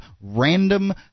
random